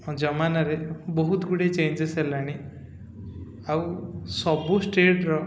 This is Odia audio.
ଯମାନାରେ ବହୁତ ଗୁଡ଼ିଏ ଚେଞ୍ଜେସ୍ ହେଲାଣି ଆଉ ସବୁ ଷ୍ଟେଟ୍ର